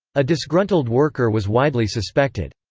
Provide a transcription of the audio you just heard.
a disgruntled worker was widely suspected.